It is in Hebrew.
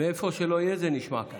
אנחנו יושבות, מאיפה שלא יהיה זה נשמע כך.